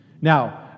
Now